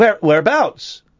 Whereabouts